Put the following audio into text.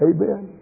Amen